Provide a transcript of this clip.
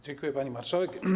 Dziękuję, pani marszałek.